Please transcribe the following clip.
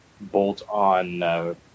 bolt-on